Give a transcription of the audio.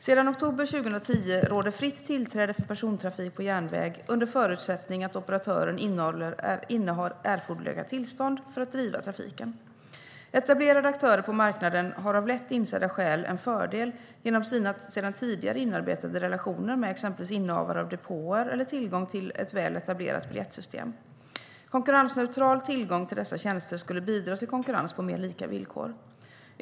Sedan oktober 2010 råder fritt tillträde för persontrafik på järnväg under förutsättning att operatören innehar erforderliga tillstånd för att driva trafiken. Etablerade aktörer på marknaden har av lätt insedda skäl en fördel genom sina sedan tidigare inarbetade relationer med exempelvis innehavare av depåer eller tillgång till ett väl etablerat biljettsystem. Konkurrensneutral tillgång till dessa tjänster skulle bidra till konkurrens på mer lika villkor.